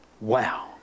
Wow